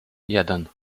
jeden